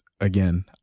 Again